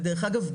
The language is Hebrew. ודרך אגב,